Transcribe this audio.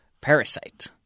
Parasite